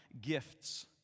gifts